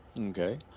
Okay